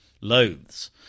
loathes